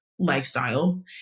lifestyle